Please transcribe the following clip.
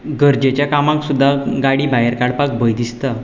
गरजेच्या कामांक सुद्दां गाडी भायर काडपाक भंय दिसता